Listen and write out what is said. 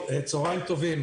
צוהריים טובים.